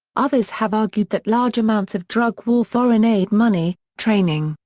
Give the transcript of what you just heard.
others have argued that large amounts of drug war foreign aid money, training,